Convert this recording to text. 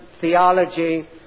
theology